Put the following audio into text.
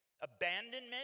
abandonment